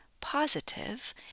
positive